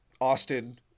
Austin